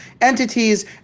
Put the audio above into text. entities